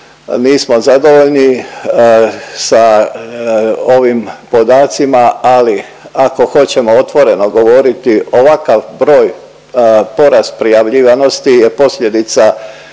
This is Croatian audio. nismo zadovoljni sa ovim podacima, ali ako hoćemo otvoreno govoriti ovakav broj, porast prijavljivanosti je posljedica